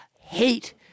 hate